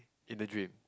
in the dream